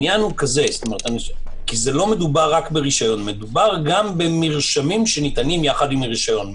לא מדובר רק ברשיון אלא גם במרשמים שניתנים יחד עם הרשיון.